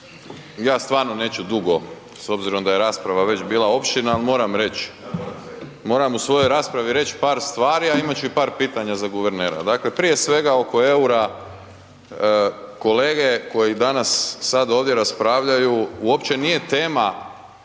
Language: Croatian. ja stvarno neću dugo s obzirom da je rasprava već bila opširna, ali moram reć, moram u svojoj raspravi reć par stvari, a imat ću i par pitanja za guvernera, dakle prije svega oko EUR-a kolege koji danas sad ovdje raspravljaju uopće nije tema